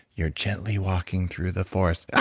you're gently walking through the forest, ah,